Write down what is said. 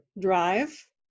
drive